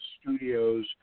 studios